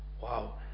Wow